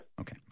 Okay